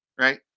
Right